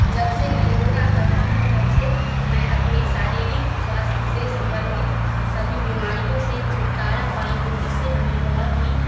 जब से मैं योगा करती हूँ तब से मैं अपने शारीरिक स्वास्थ्य से संबंधित सभी बीमारियों से छुटकारा पाई हूँ इससे हमें बहुत ही